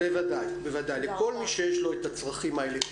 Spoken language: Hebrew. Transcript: בוודאי, לכל מי שיש לו את הצרכים האלה.